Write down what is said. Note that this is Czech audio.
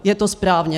Je to správně.